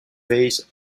base